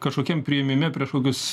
kažkokiam priėmime prieš kokius